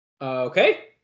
Okay